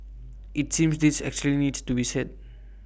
IT seems this actually needs to be said